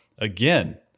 again